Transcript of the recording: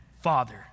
father